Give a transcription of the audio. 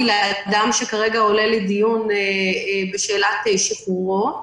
לאדם שעולה כרגע לדיון בשאלת שחרורו,